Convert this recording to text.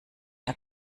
der